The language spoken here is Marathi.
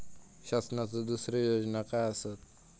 शासनाचो दुसरे योजना काय आसतत?